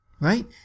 right